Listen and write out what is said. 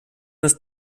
ist